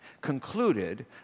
concluded